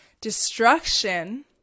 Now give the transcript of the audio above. Destruction